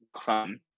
fun